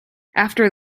after